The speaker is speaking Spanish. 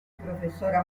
profesora